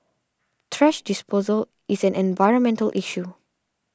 thrash disposal is an environmental issue